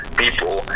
people